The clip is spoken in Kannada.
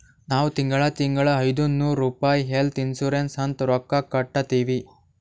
ನಾವ್ ತಿಂಗಳಾ ತಿಂಗಳಾ ಐಯ್ದನೂರ್ ರುಪಾಯಿ ಹೆಲ್ತ್ ಇನ್ಸೂರೆನ್ಸ್ ಅಂತ್ ರೊಕ್ಕಾ ಕಟ್ಟತ್ತಿವಿ